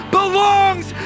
belongs